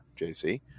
JC